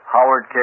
Howard